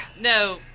No